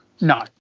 No